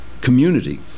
community